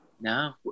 No